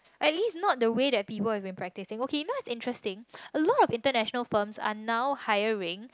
at least not the way that people have been practicing okay now is interesting a lot of international firms are now hiring